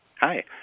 Hi